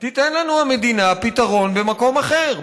תיתן לנו המדינה פתרון במקום אחר.